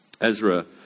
Ezra